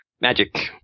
magic